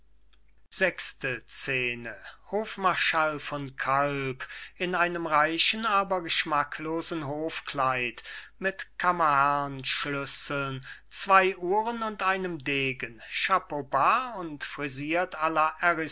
sechste scene hofmarschall von kalb in einem reichen aber geschmacklosen hofkleid mit kammerherrnschlüsseln zwei uhren und einem degen chapeaubas und frisiert